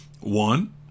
One